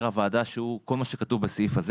הוועדה שהוא' כל מה שכתוב בסעיף הזה,